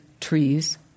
trees